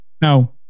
No